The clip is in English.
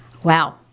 Wow